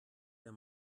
der